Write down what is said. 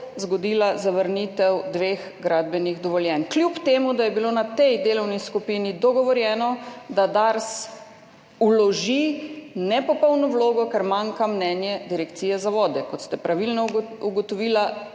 zgodila zavrnitev dveh gradbenih dovoljenj, kljub temu da je bilo na tej delovni skupini dogovorjeno, da Dars vloži nepopolno vlogo, ker manjka mnenje Direkcije za vode, kot ste pravilno ugotovili,